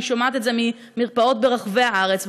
אני שומעת את זה ממרפאות ברחבי הארץ,